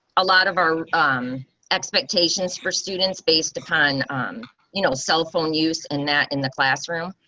a lot of our expectations for students based upon um you know cell phone use in that in the classroom.